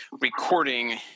recording –